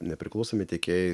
nepriklausomi tiekėjai